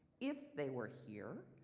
if they were here,